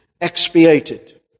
expiated